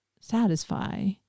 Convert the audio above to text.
satisfy